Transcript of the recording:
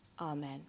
Amen